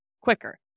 quicker